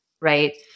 right